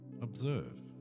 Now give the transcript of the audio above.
Observe